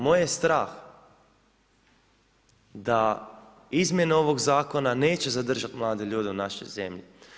Moj je strah da izmjene ovog zakona neće zadržati mlade ljude u našoj zemlji.